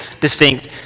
distinct